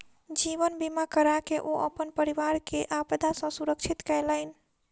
जीवन बीमा कराके ओ अपन परिवार के आपदा सॅ सुरक्षित केलैन